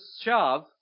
shove